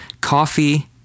Coffee